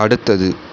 அடுத்தது